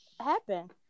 Happen